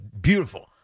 beautiful